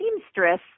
seamstress